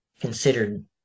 considered